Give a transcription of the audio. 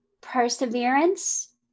Perseverance